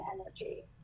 energy